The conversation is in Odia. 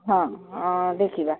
ହଁ ଦେଖିବା